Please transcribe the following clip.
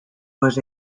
was